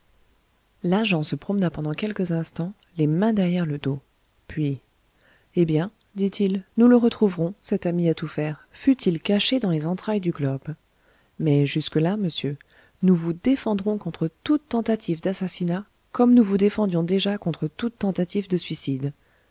se promena pendant quelques instants les mains derrière le dos puis eh bien dit-il nous le retrouverons cet ami à tout faire fût-il caché dans les entrailles du globe mais jusque-là monsieur nous vous défendrons contre toute tentative d'assassinat comme nous vous défendions déjà contre toute tentative de suicide